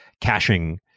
caching